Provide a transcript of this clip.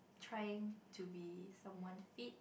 trying to be someone's feet